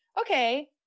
okay